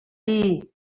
dir